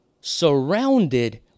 surrounded